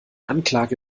anklage